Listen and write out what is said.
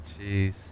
Jeez